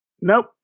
Nope